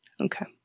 Okay